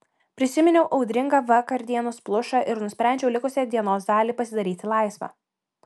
prisiminiau audringą vakardienos plušą ir nusprendžiau likusią dienos dalį pasidaryti laisvą